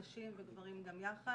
נשים וגברים גם יחד,